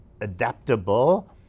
adaptable